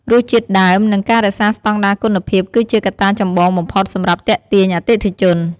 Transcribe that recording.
រសជាតិដើម និងការរក្សាស្តង់ដារគុណភាពគឺជាកត្តាចម្បងបំផុតសម្រាប់ទាក់ទាញអតិថិជន។